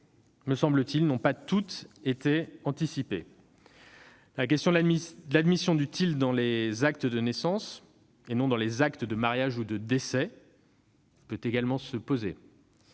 et, en l'état, n'ont pas toutes été anticipées. La question de l'admission du tilde dans les actes de naissance, et non dans les actes de mariage ou de décès, peut également se poser.